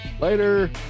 Later